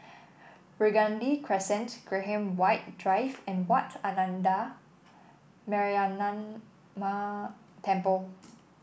Burgundy Crescent Graham White Drive and Wat Ananda Metyarama Temple